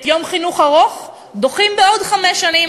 את יום חינוך ארוך דוחים בעוד חמש שנים,